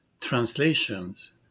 translations